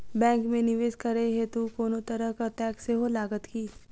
Bank मे निवेश करै हेतु कोनो तरहक टैक्स सेहो लागत की?